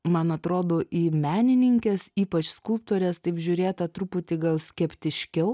man atrodo į menininkes ypač skulptores taip žiūrėta truputį gal skeptiškiau